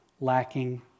lacking